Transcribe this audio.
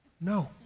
No